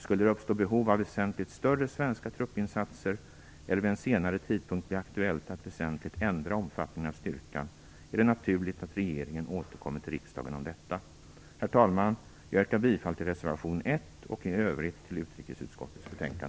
Skulle det uppstå behov av väsentligt större svenska truppinsatser eller vid en senare tidpunkt bli aktuellt att väsentligt ändra omfattningen av styrkan, är det naturligt att regeringen återkommer till riksdagen om detta. Herr talman! Jag yrkar bifall till reservation 1 och i övrigt till utrikesutskottets hemställan.